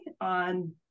on